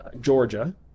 Georgia